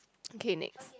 okay next